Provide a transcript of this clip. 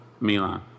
Milan